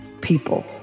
People